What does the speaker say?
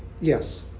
yes